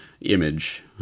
image